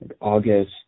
August